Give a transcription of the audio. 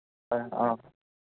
অঁ